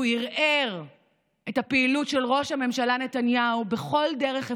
הוא ערער את הפעילות של ראש הממשלה נתניהו בכל דרך אפשרית,